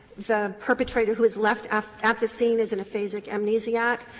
the perpetrator who was left at at the scene as an aphasic amnesiac.